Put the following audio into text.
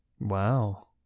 wow